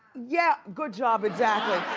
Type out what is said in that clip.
yeah, good job, exactly.